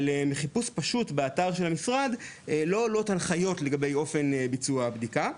אבל מחיפוש פשוט של אתר המשרד לא עולות ההנחיות לגבי אופן ביצוע הבדיקה,